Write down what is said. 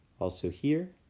also here.